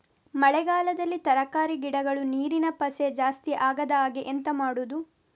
ಮಳೆಗಾಲದಲ್ಲಿ ತರಕಾರಿ ಗಿಡಗಳು ನೀರಿನ ಪಸೆ ಜಾಸ್ತಿ ಆಗದಹಾಗೆ ಎಂತ ಮಾಡುದು?